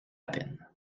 peine